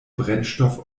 brennstoff